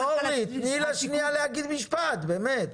אבל אורלי, תני לה להגיד משפט, באמת.